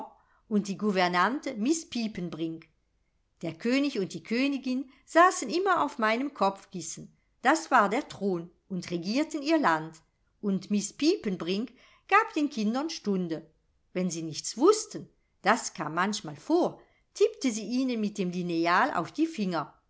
und die gouvernante miß piepenbrink der könig und die königin saßen immer auf meinem kopfkissen das war der thron und regierten ihr land und miß piepenbrink gab den kindern stunde wenn sie nichts wußten das kam manchmal vor tippte sie ihnen mit dem lineal auf die finger